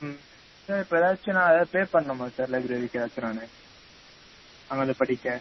ம் சார் இப்போ எதாச்சும் நான் எதாது பே பண்ணுமா சார் லைப்ரரிக்கு எதாச்சும் நானு அங்கே வந்து படிக்க